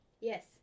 Yes